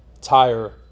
tire